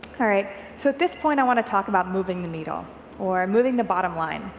all right. so at this point i want to talk about moving the needle or moving the bottom line.